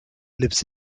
lives